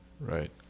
Right